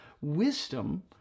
wisdom